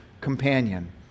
companion